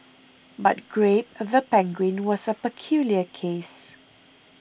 but Grape the penguin was a peculiar case